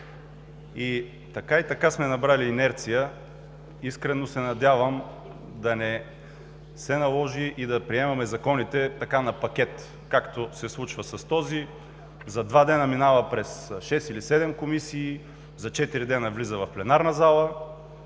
И така, и така сме набрали инерция, искрено се надявам да не се наложи да приемаме законите на пакет, както се случва с този – за два дни минава през шест или седем комисии, за четири дни влиза в пленарна зала.